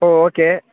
ஓ okay